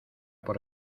por